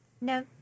No